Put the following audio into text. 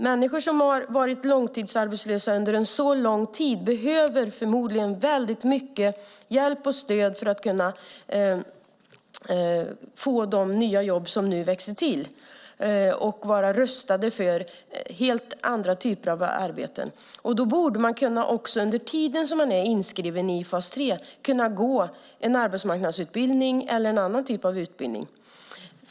Människor som har varit arbetslösa under så lång tid behöver förmodligen väldigt mycket hjälp och stöd för att få de nya jobb som nu växer till och vara rustade för helt andra typer av arbeten. Under tiden man är inskriven i fas 3 borde man kunna gå en arbetsmarknadsutbildning eller annan typ av utbildning.